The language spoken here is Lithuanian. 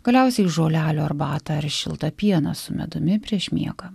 galiausiai žolelių arbatą ar šiltą pieną su medumi prieš miegą